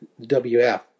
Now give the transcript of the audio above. WF